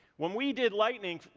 when we did lightning,